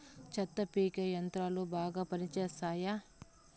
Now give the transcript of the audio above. చెత్త పీకే యంత్రాలు బాగా పనిచేస్తాయా?